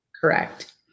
Correct